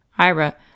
Ira